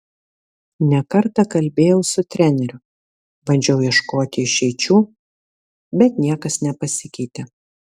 ne kartą kalbėjau su treneriu bandžiau ieškoti išeičių bet niekas nepasikeitė